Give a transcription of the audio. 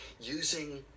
using